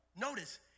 Notice